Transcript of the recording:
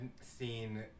seen